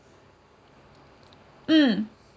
mm